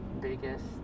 biggest